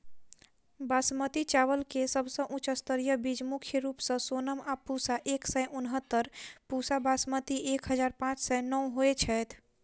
बासमती चावल केँ सबसँ उच्च स्तरीय बीज मुख्य रूप सँ सोनम आ पूसा एक सै उनहत्तर, पूसा बासमती एक हजार पांच सै नो होए छैथ?